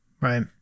right